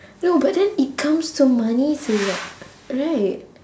no but then it comes to money to like right